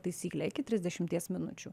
taisyklę iki trisdešimties minučių